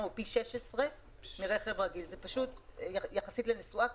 הוא פי 16 מרכב רגיל יחסית לנסועה.